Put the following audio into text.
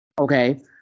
Okay